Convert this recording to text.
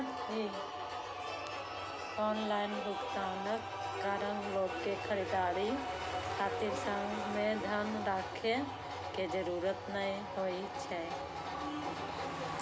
online भुगतानक कारण लोक कें खरीदारी खातिर संग मे धन राखै के जरूरत नै होइ छै